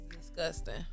disgusting